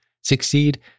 succeed